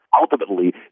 Ultimately